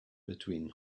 between